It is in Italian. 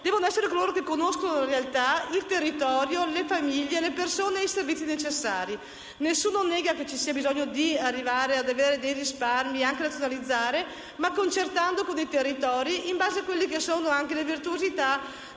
devono essere coloro che conoscono la realtà, il territorio, le famiglie, le persone e i servizi necessari. Nessuno nega che ci sia bisogno di arrivare a vedere risparmi anche da tesaurizzare ma concertandoli con i territori, in base anche alle virtuosità